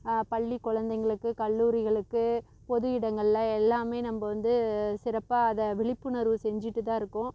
பள்ளி குழந்தைங்களுக்கு கல்லூரிகளுக்கு பொது இடங்களில் எல்லாமே நம்ப வந்து சிறப்பாக அதை விழிப்புணர்வு செஞ்சிகிட்டு தான் இருக்கோம்